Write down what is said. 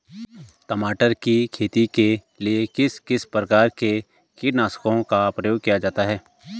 टमाटर की खेती के लिए किस किस प्रकार के कीटनाशकों का प्रयोग किया जाता है?